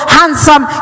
handsome